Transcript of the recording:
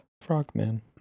frogman